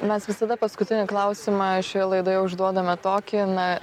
mes visada paskutinį klausimą šioje laidoje užduodame tokį na